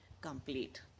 complete